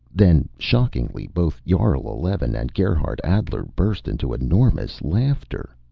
then, shockingly, both jarl eleven and gerhardt adler burst into enormous laughter.